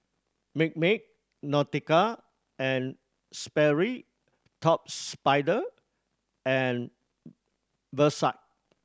Milkmaid Nautica and Sperry Top Spider and Versace